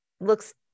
looks